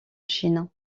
chine